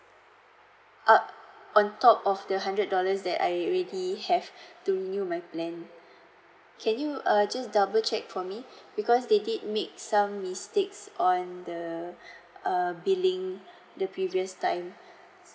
uh on top of the hundred dollars that I already have to renew my plan can you err just double check for me because they did made some mistakes on the uh billing the previous time